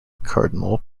cardinal